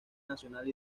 nacional